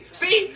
see